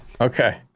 Okay